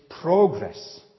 progress